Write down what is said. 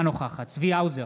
אינה נוכחת צבי האוזר,